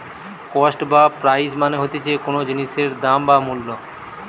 cost বা price মানে হতিছে কোনো জিনিসের দাম বা মূল্য